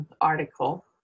article